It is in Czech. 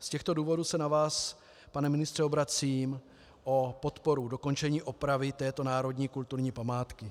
Z těchto důvodů se na vás, pane ministře, obracím o podporu dokončení opravy této národní kulturní památky.